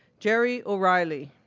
gerry o'reilly,